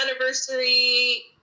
anniversary